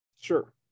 sure